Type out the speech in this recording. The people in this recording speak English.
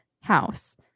house